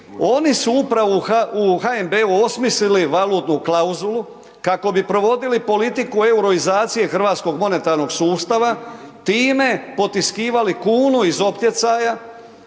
oni su upravo u HNB-u osmislili valutnu klauzulu kako bi provodili politiku euroizacije hrvatskog monetarnog sustava. Time potiskivali kunu iz optjecaja